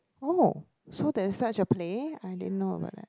so there's such a play I didn't know about that